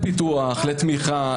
לפיתוח, לתמיכה.